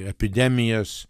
ir epidemijas